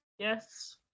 Yes